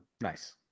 Nice